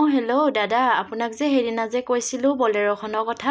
অঁ হেল্লো দাদা আপোনাক যে সেইদিনা যে কৈছিলোঁ বলেৰ'খনৰ কথা